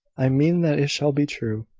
i mean that it shall be true.